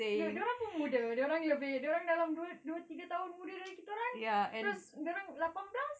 dorang dorang pun muda dorang lebih dorang dalam dua dua tiga tahun muda dari kita orang terus dorang lapan belas